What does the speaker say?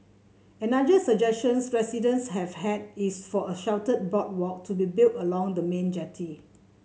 another suggestions residents have had is for a sheltered boardwalk to be built along the main jetty